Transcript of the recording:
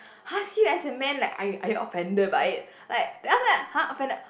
!huh! see you as a man like are you are you offended by it like then after that !huh! offended